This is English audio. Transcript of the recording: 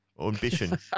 ambition